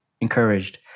encouraged